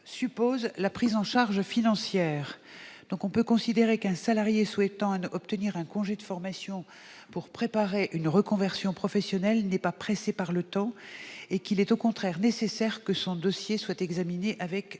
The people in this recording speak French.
suppose la prise en charge financière. On peut considérer qu'un salarié souhaitant obtenir un congé de formation pour préparer une reconversion professionnelle n'est pas pressé par le temps. Il paraît au contraire nécessaire que son dossier soit examiné avec